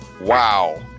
Wow